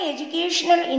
Educational